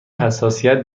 حساسیت